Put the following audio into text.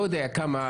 לא יודע כמה,